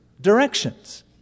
directions